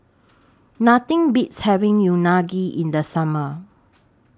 Nothing Beats having Unagi in The Summer